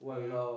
mm